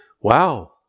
Wow